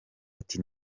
ati